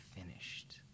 finished